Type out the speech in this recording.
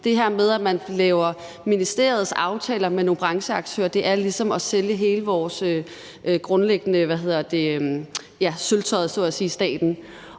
Det her med, at man i ministeriet laver aftaler med nogle brancheaktører, er ligesom at sælge alt vores sølvtøj, så at sige, i staten.